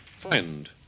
friend